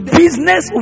business